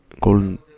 golden